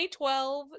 2012